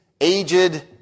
aged